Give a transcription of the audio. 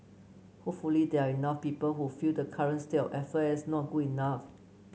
hopefully there are enough people who feel the current state of affairs is not good enough